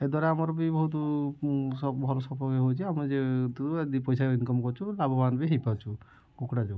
ଏ ଦ୍ୱାରା ଆମର ବି ବହୁତ ଭଲ ବି ହେଉଛି ଆମେ ଯେହେତୁ ଭଲ ଦୁଇ ପଇସା ଇନକମ୍ ବି କରୁଛୁ ଲାଭବାନ ବି ହୋଇପାରୁଛୁ କୁକୁଡ଼ା ଯୋଗୁଁ